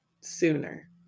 sooner